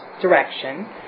direction